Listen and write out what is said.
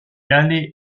allait